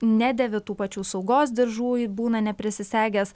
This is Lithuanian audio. nedėvi tų pačių saugos diržų būna neprisisegęs